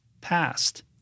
past